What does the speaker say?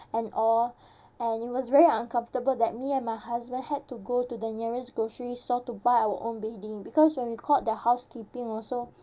and all and it was very uncomfortable that me and my husband had to go to the nearest grocery store to buy our own bedding because when we called the housekeeping also